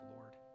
Lord